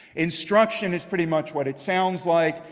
instruction is pretty much what it sounds like.